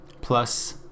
Plus